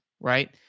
right